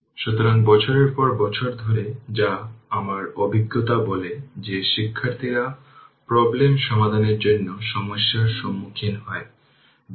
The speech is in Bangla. সুতরাং ক্যাপাসিটার এবং ইনডাক্টর পাওয়ার সঞ্চয় করে যা পরবর্তী সময়ে পুনরুদ্ধার করা যেতে পারে